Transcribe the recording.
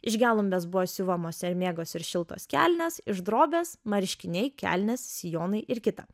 iš gelumbės buvo siuvamos sermėgos ir šiltos kelnės iš drobės marškiniai kelnės sijonai ir kita